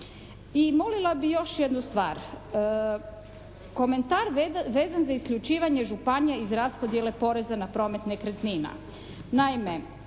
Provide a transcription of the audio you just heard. I molila bi još jednu stvar. Komentar vezan za isključivanje županija iz raspodjele poreza na promet nekretnina.